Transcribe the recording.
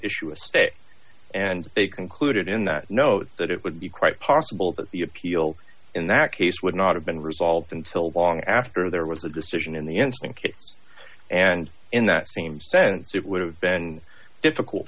issue a stay and they concluded in that note that it would be quite possible that the appeal in that case would not have been resolved until long after there was a decision in the instant case and in that same sense it would have been difficult